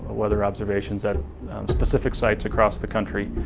weather observations, at specific sites across the country.